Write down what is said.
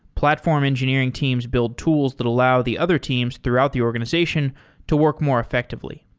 platform engineering teams build tools that allow the other teams throughout the organization to work more effectively.